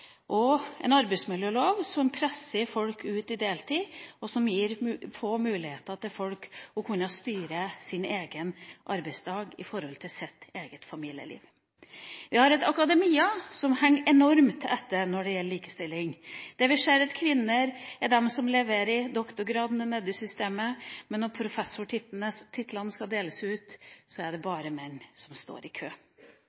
og en arbeidsmiljølov som presser folk ut i deltidsarbeid, og som gir få muligheter for folk til å kunne styre sin egen arbeidsdag opp mot deres eget familieliv. Vi har et akademia som henger enormt etter når det gjelder likestilling. Vi ser at kvinnene er dem som leverer doktorgradene nede i systemet, men når professortitlene skal deles ut, er det